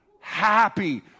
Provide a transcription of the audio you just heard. happy